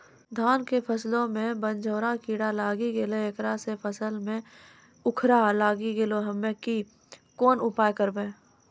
धान के फसलो मे बनझोरा कीड़ा लागी गैलै ऐकरा से फसल मे उखरा लागी गैलै हम्मे कोन उपाय करबै?